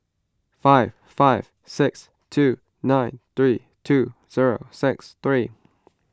five five six two nine three two zero six three